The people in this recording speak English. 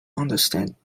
understand